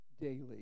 daily